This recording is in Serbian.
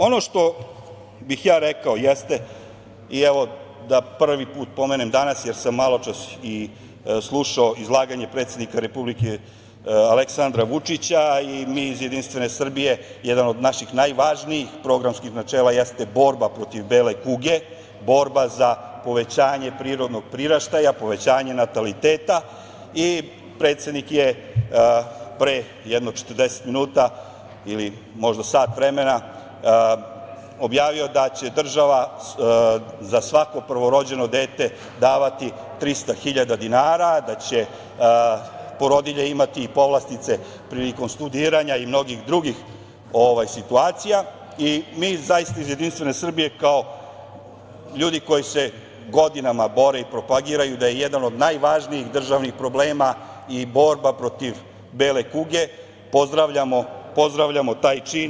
Ono što bih ja rekao jeste, i da prvi put pomenem danas, jer sam maločas slušao i izlaganje predsednika Republike, Aleksandra Vučića, i mi iz JS, jedan od naših najvažnijih programskih načela jeste borba protiv bele kuge, borba za povećanje prirodnog priraštaja, povećanje nataliteta, i predsednik je pre jedno 40 minuta ili možda sat vremena objavio da će država za svako prvorođeno dete davati 300 hiljada dinara, da će porodilje imati i povlastice priliko studiranja i mnogih drugih situacija i mi iz JS kao ljudi koji se godinama bore i propagiraju da je jedan od najvažnijih državnih problema i borba protiv bele kuge pozdravljamo taj čin.